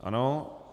Ano.